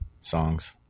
Songs